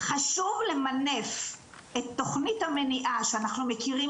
חשוב למנף את תוכנית המניעה שאנחנו מכירים